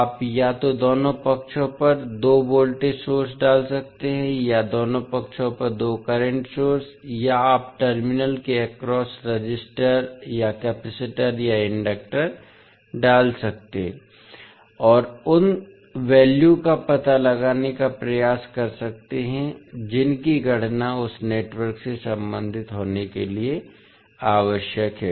आप या तो दोनों पक्षों पर दो वोल्टेज सोर्स डाल सकते हैं या दोनों पक्षों पर दो करंट सोर्स या आप टर्मिनल के अक्रॉस रेसिस्टर या कपैसिटर या इंडक्टर डाल सकते हैं और उन वैल्यू का पता लगाने का प्रयास कर सकते हैं जिनकी गणना उस नेटवर्क से संबंधित होने के लिए आवश्यक है